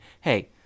hey